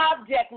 Object